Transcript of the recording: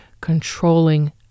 controlling